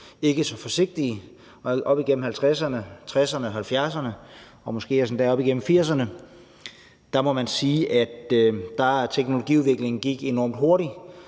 ikke så forsigtig. Op igennem 50'erne, 60'erne og 70'erne og måske endda også op igennem 80'erne må man sige at teknologiudviklingen gik enormt hurtigt,